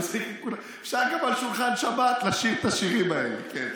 אפשר גם על שולחן שבת לשיר את השירים האלה, כן.